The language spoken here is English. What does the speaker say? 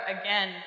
again